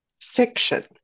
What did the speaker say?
fiction